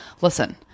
listen